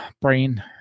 Brain